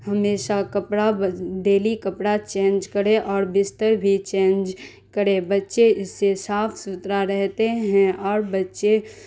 ہمیشہ کپڑا ڈیلی کپڑا چینج کرے اور بستر بھی چینج کرے بچے اس سے صاف ستھرا رہتے ہیں اور بچے